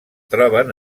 troben